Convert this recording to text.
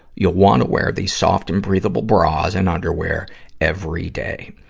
you'll wanna wear these soft and breathable bras and underwear every day.